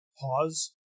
pause